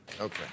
Okay